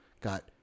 got